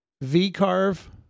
V-carve